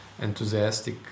enthusiastic